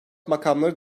makamları